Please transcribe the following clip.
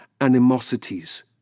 animosities